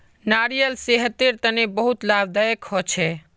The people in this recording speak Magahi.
नारियाल सेहतेर तने बहुत लाभदायक होछे